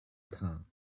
time